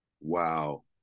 wow